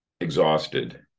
exhausted